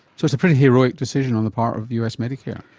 so it's a pretty heroic decision on the part of us medicare.